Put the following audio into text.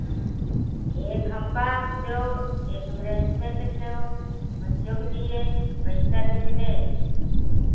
एक हमका देओ एक हमरे हस्बैंड को देओ बच्चों के लिए पैसा कितने